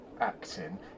acting